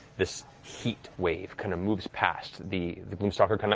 this heat wave kind of moves past. the the gloom stalker kind of